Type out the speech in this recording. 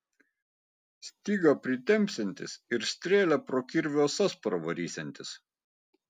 stygą pritempsiantis ir strėlę pro kirvių ąsas pravarysiantis